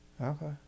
Okay